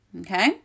okay